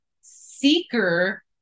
seeker